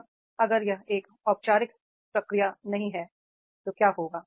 अब अगर यह एक औपचारिक प्रक्रिया नहीं है तो क्या होगा